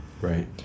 right